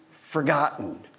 forgotten